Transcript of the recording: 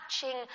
touching